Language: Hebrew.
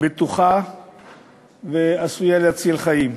ובטוחה שעשויה להציל חיים.